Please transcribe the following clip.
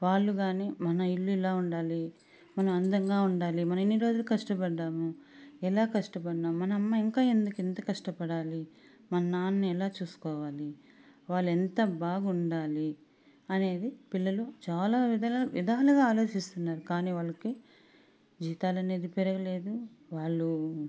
వాళ్ళు కానీ మన ఇల్లు ఇలా ఉండాలి మనం అందంగా ఉండాలి మనం ఇన్ని రోజులు కష్టపడ్డాము ఎలా కష్టపనము మన అమ్మ ఇంకా ఎందుకు ఇంత కష్టపడాలి మన నాన్న ఎలా చూసుకోవాలి వాళ్ళెంత బాగుండాలి అనేది పిల్లలు చాలా విధాలుగా ఆలోచిస్తున్నారు కానీ వాళ్ళకి జీతాలనేది పెరగలేదు వాళ్ళు